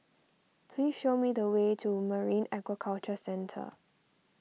please show me the way to Marine Aquaculture Centre